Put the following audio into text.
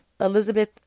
Elizabeth